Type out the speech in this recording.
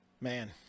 man